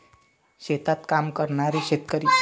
शेतात काम करणारे शेतकरी